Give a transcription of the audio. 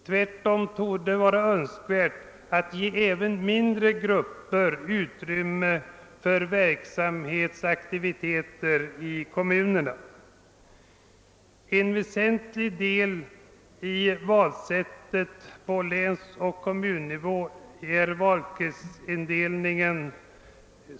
Tvärtom torde det vara önskvärt att ge även mindre grupper utrymme för aktiviteter i kommunerna. En väsentlig fråga när det gäller valsättet på länsoch kommunnivå är valkretsindelningen.